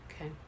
Okay